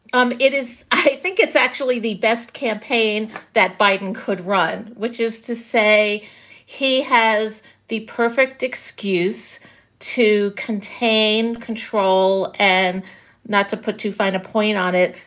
um it is. i think it's actually the best campaign that biden could run, which is to say he has the perfect excuse to contain control and not to put too fine a point on it,